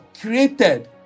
created